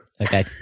Okay